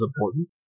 important